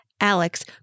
alex